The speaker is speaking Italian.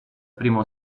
primo